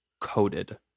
Coated